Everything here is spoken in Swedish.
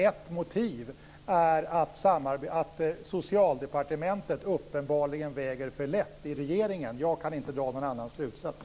Ett motiv är att Socialdepartementet uppenbarligen väger för lätt i regeringen. Jag kan inte dra någon annan slutsats.